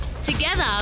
Together